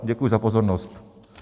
Děkuji za pozornost.